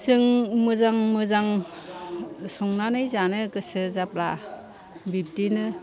जों मोजां मोजां संनानै जानो गोसो जाब्ला बिब्दिनो